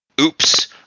oops